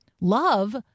Love